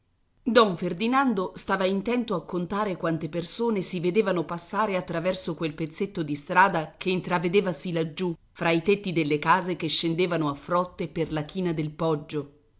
don ferdinando stava intento a contare quante persone si vedevano passare attraverso quel pezzetto di strada che intravvedevasi laggiù fra i tetti delle case che scendevano a frotte per la china del poggio